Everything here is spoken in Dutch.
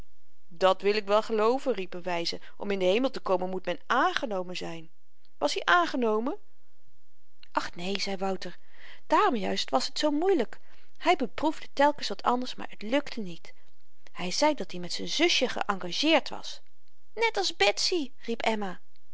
dat wil ik wel gelooven riep n wyze om in den hemel te komen moet men aangenomen zyn was-i aangenomen ach neen zei wouter daarom juist was t zoo moeilyk hy beproefde telkens wat anders maar t lukte niet hy zei dat-i met z'n zusje geëngageerd was net als betsy riep emma